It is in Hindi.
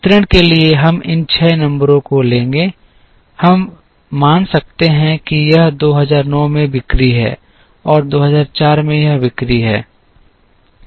चित्रण के लिए हम इन 6 नंबरों को लेंगे हम मान सकते हैं कि यह 2009 में बिक्री है और 2004 में यह बिक्री है